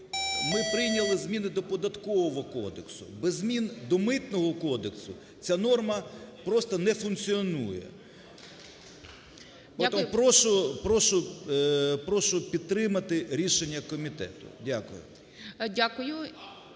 ми прийняли зміни до Податкового кодексу. Без змін до Митного кодексу ця норма просто не функціонує. Тобто прошу, прошу підтримати рішення комітету. Дякую.